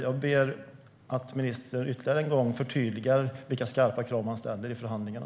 Jag ber att ministern ytterligare en gång förtydligar vilka skarpa krav man ställer i förhandlingarna.